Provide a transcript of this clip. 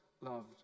loved